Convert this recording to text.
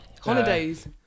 holidays